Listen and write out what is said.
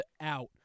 out